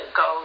go